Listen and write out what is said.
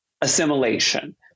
assimilation